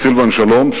את סילבן שלום,